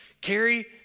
Carrie